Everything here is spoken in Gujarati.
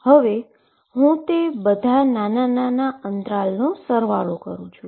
હવે હું તે બધા નાના નાના ઈન્ટરવલનો સરવાળો કરું છું